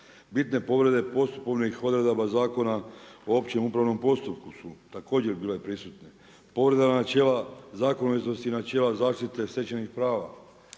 Bitne povrede postupovnih odredaba Zakona o općem upravnom postupku su također bile prisutne, povreda načela…/Govornik se ne razumije./…načela zaštite stečajnih prava.